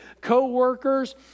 co-workers